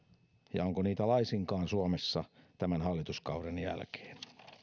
ja onko niitä laisinkaan suomessa tämän hallituskauden jälkeen